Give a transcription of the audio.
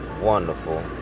wonderful